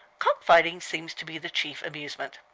cock-fighting seems to be the chief amusement.